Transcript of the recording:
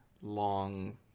long